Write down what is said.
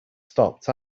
stopped